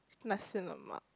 Nasi-Lemak